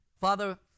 Father